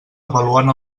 avaluant